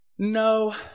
No